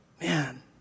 Man